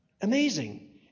Amazing